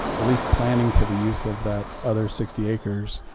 at least planning for the use of that other sixty acres,